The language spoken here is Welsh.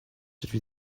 dydw